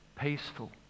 peaceful